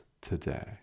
today